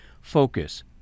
focus